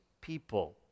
people